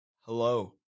hello